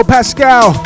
Pascal